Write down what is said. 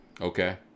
Okay